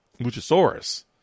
Luchasaurus